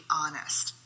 honest